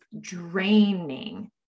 draining